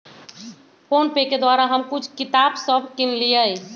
PhonePe के द्वारा हम कुछ किताप सभ किनलियइ